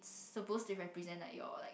supposed to represent like your like